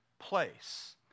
Place